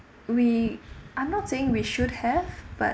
we are not saying we should have but